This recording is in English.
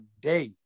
day